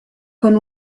con